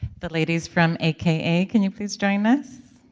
the ladies from aka, can you please join us.